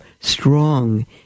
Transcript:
strong